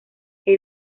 que